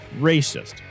racist